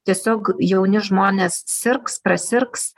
tiesiog jauni žmonės sirgs prasirgs